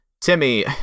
Timmy